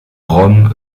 rome